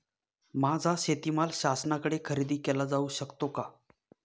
माझा शेतीमाल शासनाकडे खरेदी केला जाऊ शकतो का?